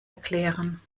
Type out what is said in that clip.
erklären